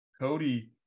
Cody